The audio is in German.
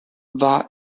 war